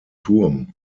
turm